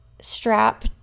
strap